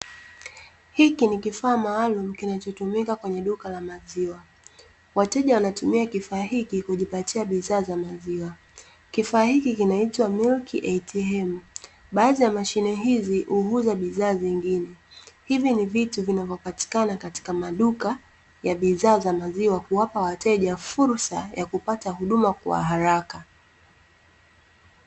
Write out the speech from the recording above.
Hiki ni kifaa maalumu kinachotumika kwenye duka maziwa. Wateja wanatumia kifaa hiki kujipatia bidhaa za maziwa, kifaa hiki kinaitwa "milk atm''. Baadhi ya mashine hizi huuza bidhaa nyingine, hivi ni vitu vinavyopatikana katika maduka ya bidhaa za maziwa, kuwapa wateja fursa ya kupata huduma kwa haraka.